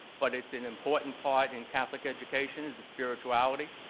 but it's an important part in catholic education, is the spirituality.